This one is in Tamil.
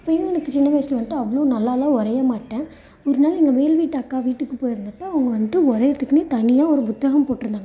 அப்போயும் எனக்கு சின்ன வயசில் வந்துட்டு அவ்வளோ நல்லால்லாம் வரைய மாட்டேன் ஒரு நாள் எங்கள் மேல் வீட்டு அக்கா வீட்டுக்கு போய்ருந்தப்ப அவங்க வந்துட்டு வரையுறத்துக்குன்னே தனியாக ஒரு புத்தகம் போட்டுருந்தாங்க